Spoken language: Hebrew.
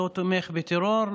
תומך בטרור,